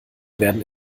werden